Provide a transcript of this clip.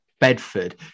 Bedford